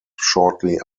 shortly